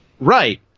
Right